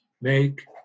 make